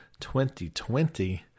2020